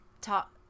talk